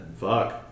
Fuck